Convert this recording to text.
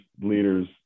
leaders